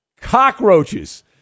cockroaches